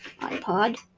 iPod